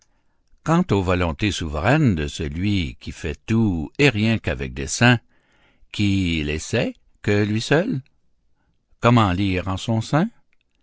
quant aux volontés souveraines de celui qui fait tout et rien qu'avec dessein qui les sait que lui seul comment lire en son sein